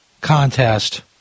contest